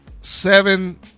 seven